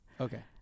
Okay